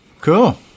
Cool